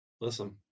Listen